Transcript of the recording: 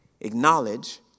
Acknowledge